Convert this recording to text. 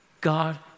God